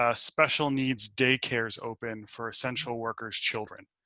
ah special needs daycare's open for essential workers, children.